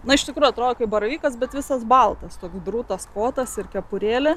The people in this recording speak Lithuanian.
na iš tikro atrodo kaip baravykas bet visas baltas toks drūtas kotas ir kepurėlė